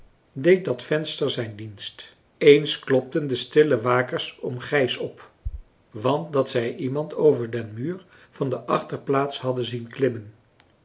deed dat venster zijn dienst eens klopten de stille wakers oom gijs op want dat zij iemand over den muur van de achterplaats hadden zien klimmen